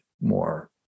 more